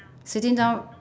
sitting down